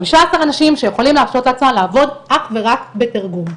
חמישה עשר אנשים שיכולים להרשות לעצמם לעבוד אך ורק בתרגום.